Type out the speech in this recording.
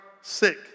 sick